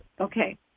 Okay